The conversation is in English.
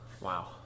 Wow